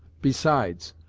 besides,